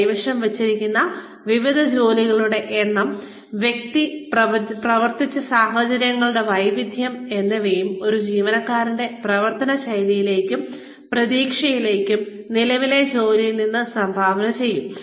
കൈവശം വച്ചിരിക്കുന്ന വിവിധ ജോലികളുടെ എണ്ണം വ്യക്തി പ്രവർത്തിച്ച സാഹചര്യങ്ങളുടെ വൈവിധ്യം എന്നിവയും ഒരു ജീവനക്കാരന്റെ പ്രവർത്തന ശൈലിയിലേക്കും പ്രതീക്ഷകളിലേക്കും നിലവിലെ ജോലിയിൽ നിന്ന് സംഭാവന ചെയ്യും